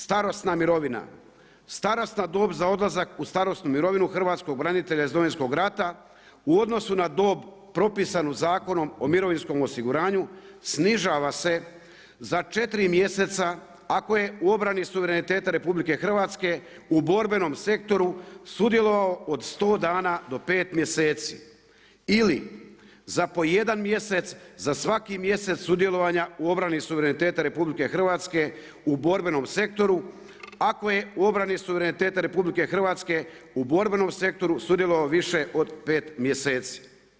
Starosna mirovina, starosna dob za odlazak u starosnu mirovinu hrvatskog branitelja iz Domovinskog rata u odnosu na dob propisanu Zakonom o mirovinskom osiguranju snižava se za četiri mjeseca ako je u obrani suvereniteta RH u borbenom sektoru sudjelovao od 100 dana do pet mjeseci ili za pojedan mjesec za svaki mjesec sudjelovanja u obrani suvereniteta RH u borbenom sektoru ako je u obrani suvereniteta RH u borbenom sektoru sudjelovao više od pet mjeseci.